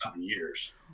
years